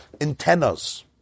antennas